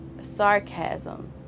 sarcasm